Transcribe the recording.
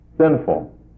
sinful